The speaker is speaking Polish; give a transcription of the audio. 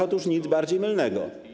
Otóż nic bardziej mylnego.